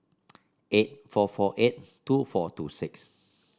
eight four four eight two four two six